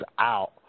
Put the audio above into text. out